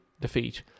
defeat